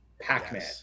Pac-Man